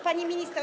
Pani Minister!